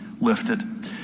lifted